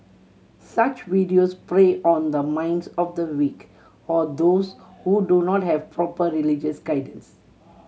such videos prey on the minds of the weak or those who do not have proper religious guidance